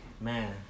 Man